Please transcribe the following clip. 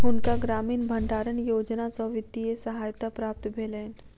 हुनका ग्रामीण भण्डारण योजना सॅ वित्तीय सहायता प्राप्त भेलैन